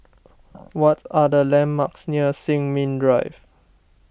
what are the landmarks near Sin Ming Drive